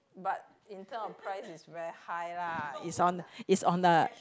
but in term of price it's very high lah it's on it's on like